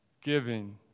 giving